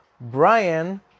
Brian